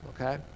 okay